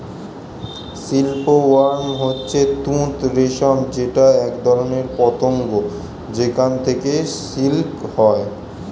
silk worm হচ্ছে তুত রেশম যেটা একধরনের পতঙ্গ যেখান থেকে সিল্ক হয়